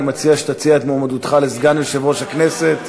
אני מציע שתציע את מועמדותך לסגן יושב-ראש הכנסת.